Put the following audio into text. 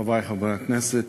תודה, חברי חברי הכנסת,